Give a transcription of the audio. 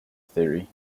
theory